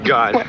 God